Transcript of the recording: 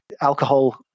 alcohol